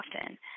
often